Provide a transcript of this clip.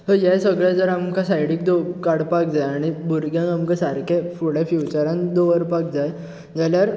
हे सगळें जर आमकां सायडीक काडपाक जाय आनी भुरग्यांक आमकां सारकें फुडें फ्युचरान दवरपाक जाय जाल्यार